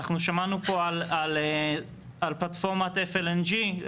אנחנו שמענו פה על פלטפורמת FLNG,